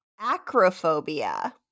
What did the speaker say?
Acrophobia